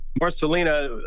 Marcelina